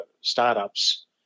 startups